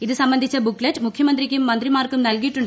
ഇത് സംബന്ധിച്ച ബുക്ക്ലെറ്റ് മുഖ്യമന്ത്രിക്കും മന്ത്രിമാർക്കും നൽകിയിട്ടുണ്ട്